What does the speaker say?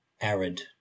arid